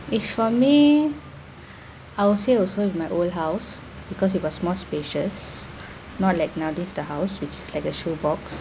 if for me I will say also in my old house because it was more spacious not like nowadays the house which like a shoe box